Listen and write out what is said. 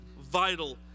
vital